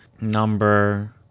number